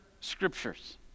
scriptures